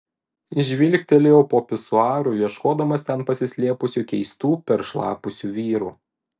žvilgtelėjau po pisuaru ieškodamas ten pasislėpusių keistų peršlapusių vyrų